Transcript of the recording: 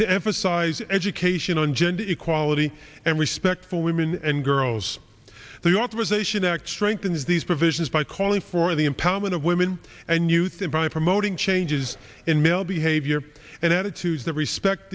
to emphasize education on gender equality and respect for women and girls the authorization act strengthens these provisions by calling for the empowerment of women and youth and by promoting changes in male behavior and attitudes that respect